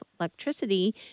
electricity